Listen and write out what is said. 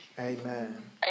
Amen